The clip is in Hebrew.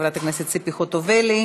חברת הכנסת ציפי חוטובלי.